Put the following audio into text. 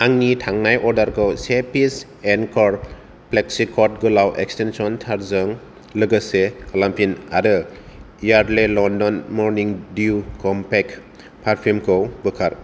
आंनि थांनाय अर्डारखौ से पिस एंक'र फ्लेक्सिकर्ड गोलाव एक्सटेन्सन थारजों लोगोसे खालामफिन आरो Yardley London morning dew compact perfume खौ बोखार